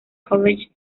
college